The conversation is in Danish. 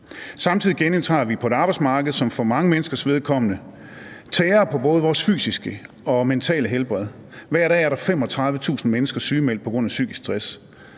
Samtidig genindtræder vi på et arbejdsmarked, som for mange menneskers vedkommende tærer på både deres fysiske og mentale helbred. Hver dag er der 35.000 mennesker sygemeldt på grund af psykisk stress.